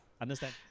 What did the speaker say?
Understand